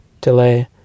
delay